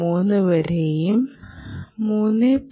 3 വരെയും 3